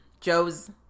Joe's